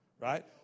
Right